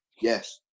Yes